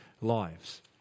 lives